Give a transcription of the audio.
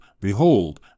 behold